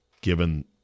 given